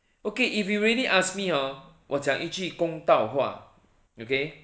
okay if you really ask me hor 我讲一句公道话 okay